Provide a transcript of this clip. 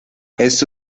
esto